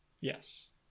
Yes